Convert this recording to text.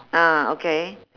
ah okay